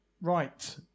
Right